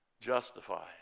justified